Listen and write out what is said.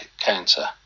cancer